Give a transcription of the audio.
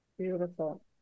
Beautiful